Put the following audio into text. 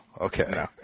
Okay